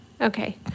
Okay